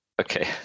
okay